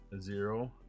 zero